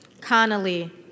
Connolly